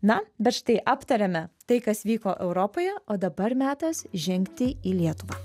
na bet štai aptarėme tai kas vyko europoje o dabar metas žengti į lietuvą